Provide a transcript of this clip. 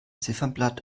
ziffernblatt